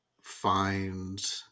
find